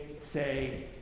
say